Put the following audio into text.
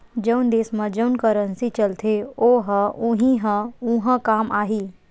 जउन देस म जउन करेंसी चलथे ओ ह उहीं ह उहाँ काम आही